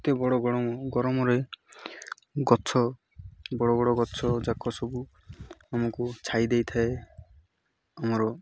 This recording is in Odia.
ଏତେ ବଡ଼ ଗରମ ଗରମରେ ଗଛ ବଡ଼ ବଡ଼ ଗଛ ଜାକ ସବୁ ଆମକୁ ଛାଇ ଦେଇଥାଏ ଆମର